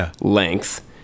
length